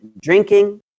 drinking